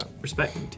respect